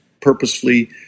purposefully